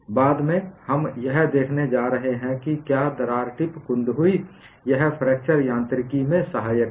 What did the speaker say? बाद में हम यह देखने जा रहे हैं कि क्या दरार टिप कुंद हुई यह फ्रैक्चर यांत्रिकी में सहायक है